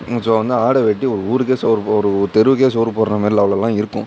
வந்து ஆடை வெட்டி ஒரு ஊருக்கே சோறு போ ஒரு தெருவுக்கே சோறு போடுகிற மாரி லெவல்லலாம் இருக்கும்